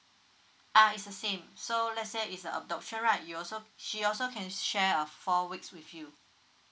uh is the same so let's say is a adoption right you also she also can share a four weeks with you